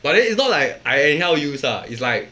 but then it's not like I anyhow use ah it's like